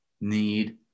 need